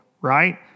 right